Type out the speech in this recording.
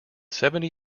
seventy